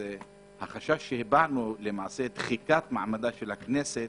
החשש שלנו של דחיקת מעמד הכנסת,